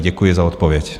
Děkuji za odpověď.